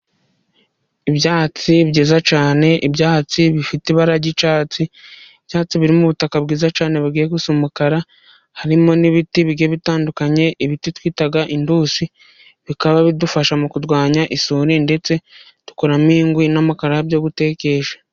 Ibyatsi byiza cyane. ibyatsi bifite ibara ry'icyatsi birim'ubutaka bwiza cyane bagiye gusu umukara harimo n'ibiti bitandukanye. ibiti twitaga intusi bikaba bidufasha mu kurwanya isuri ndetse dukuramo inkwi n'amakara byo gutekesha.